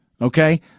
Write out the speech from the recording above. Okay